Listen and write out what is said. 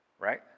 Right